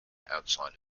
outside